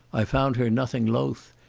i found her nothing loth,